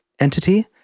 entity